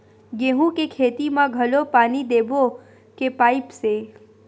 गेहूं के खेती म घोला पानी देबो के पाइप से?